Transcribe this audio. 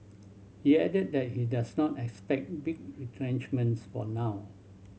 he added that he does not expect big retrenchments for now